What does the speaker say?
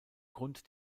grund